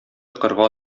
кырга